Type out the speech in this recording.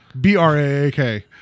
B-R-A-A-K